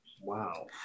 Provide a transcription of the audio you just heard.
Wow